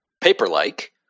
Paper-like